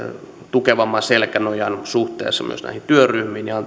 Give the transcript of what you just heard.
tukevamman selkänojan suhteessa myös näihin työryhmiin ja